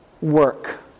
work